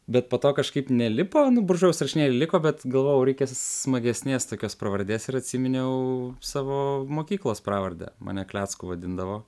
bet po to kažkaip nelipo nu buržujaus rašinėliai liko bet galvojau reikia smagesnės tokios pravardės ir atsiminiau savo mokyklos pravardę mane klecku vadindavo